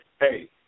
hey